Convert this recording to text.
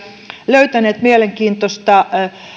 löytäneet mielenkiintoista